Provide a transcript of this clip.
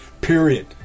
period